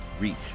reach